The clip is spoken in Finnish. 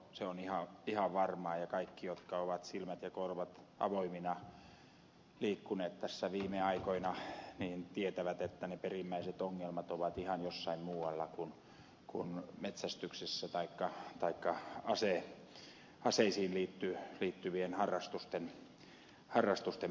se on ihan varmaa ja kaikki jotka ovat silmät ja korvat avoimina liikkuneet tässä viime aikoina tietävät että ne perimmäiset ongelmat ovat ihan jossain muualla kuin metsästyksessä taikka aseisiin liittyvien harrastusten parissa